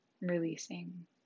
releasing